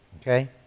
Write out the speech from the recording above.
Okay